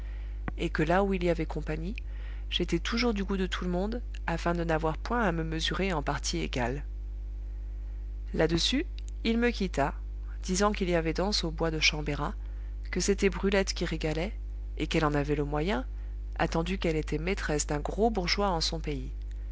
et que là où il y avait compagnie j'étais toujours du goût de tout le monde afin de n'avoir point à me mesurer en partie égale là-dessus il me quitta disant qu'il y avait danse au bois de chambérat que c'était brulette qui régalait et qu'elle en avait le moyen attendu qu'elle était maîtresse d'un gros bourgeois en son pays